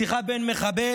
שיחה בין מחבל